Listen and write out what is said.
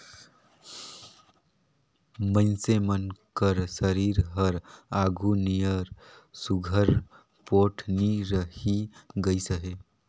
मइनसे मन कर सरीर हर आघु नियर सुग्घर पोठ नी रहि गइस अहे